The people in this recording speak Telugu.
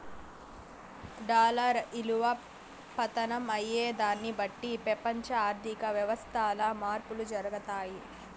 డాలర్ ఇలువ పతనం అయ్యేదాన్ని బట్టి పెపంచ ఆర్థిక వ్యవస్థల్ల మార్పులు జరగతాయి